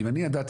ואם אני ידעתי,